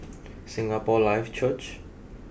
Singapore Life Church